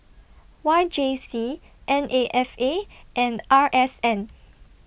Y J C N A F A and R S N